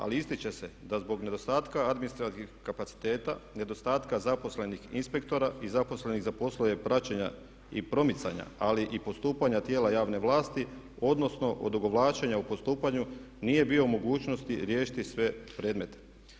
Ali ističe se da zbog nedostatka administrativnih kapaciteta, nedostatka zaposlenih inspektora i zaposlenih za poslove praćenja i promicanja ali i postupanja tijela javne vlasti odnosno odugovlačenja u postupanju nije bio u mogućnosti riješiti sve predmete.